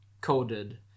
coded